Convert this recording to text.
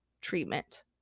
treatment